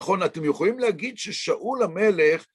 נכון, אתם יכולים להגיד ששאול המלך...